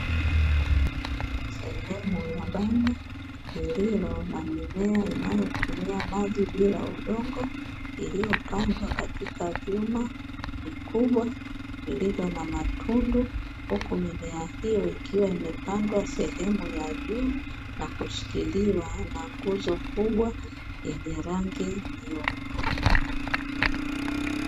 Sehemu ya banda lililo na mimea inayotumia maji bila udongo, iliyopandwa katika vyuma vikubwa vilivyo na matundu, huku mimea hiyo ikiwa imepandwa sehemu ya juu na kushikiliwa na nguzo kubwa yenye rangi nyeupe.